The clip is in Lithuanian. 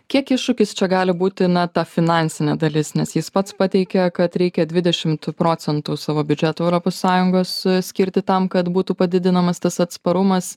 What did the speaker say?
kiek iššūkis čia gali būti na ta finansinė dalis nes jis pats pateikia kad reikia dvidešimt procentų savo biudžeto europos sąjungos skirti tam kad būtų padidinamas tas atsparumas